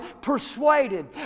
persuaded